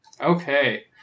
Okay